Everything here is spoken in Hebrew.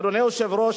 אדוני היושב-ראש,